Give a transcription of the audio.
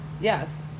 yes